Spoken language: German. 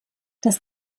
das